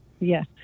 Yes